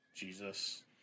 Jesus